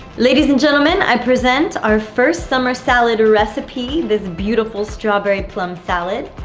ladies and gentlemen, i present our first summer salad a recipe. this beautiful strawberry plum salad.